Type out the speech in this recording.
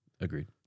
Agreed